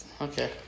Okay